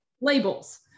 labels